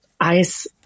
Ice